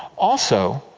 also,